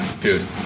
dude